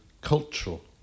cultural